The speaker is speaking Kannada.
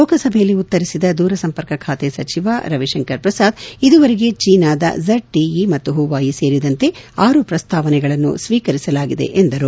ಲೋಸಕಭೆಯಲ್ಲಿ ಉತ್ತರಿಸಿದ ದೂರಸಂಪರ್ಕ ಖಾತೆ ಸಚಿವ ಖಾತೆ ಸಚಿವ ರವಿಶಂಕರ್ ಪ್ರಸಾದ್ ಇದುವರೆಗೆ ಚೀನಾದ ಜಡ್ಟಇ ಮತ್ತು ಪೂವಾಯಿ ಸೇರಿದಂತೆ ಆರು ಪ್ರಸ್ತಾವನೆಗಳನ್ನು ಸ್ವೀಕರಿಸಲಾಗಿದೆ ಎಂದರು